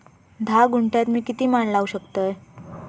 धा गुंठयात मी किती माड लावू शकतय?